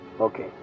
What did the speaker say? okay